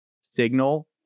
signal